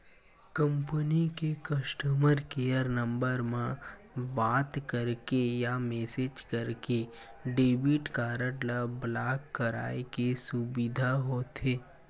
company के customer care number म बात करके या मेसेज करके डेबिट कारड ल ब्लॉक कराए के सुबिधा होथे